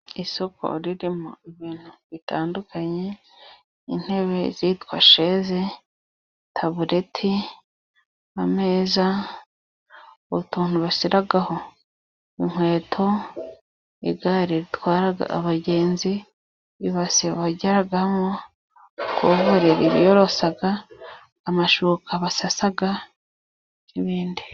Isoko ririmo bintu bitandukanye intebe zitwa sheze, tabureti, ameza, utuntu bashyiraho inkweto, igare ritwara abagenzi, ibase bogeramo, kuvuleri biyorosa, amashuka basasa n'ibindi.